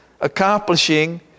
Accomplishing